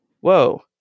whoa